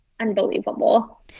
unbelievable